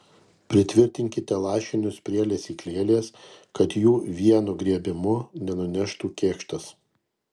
pritvirtinkite lašinius prie lesyklėlės kad jų vienu griebimu nenuneštų kėkštas